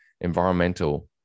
environmental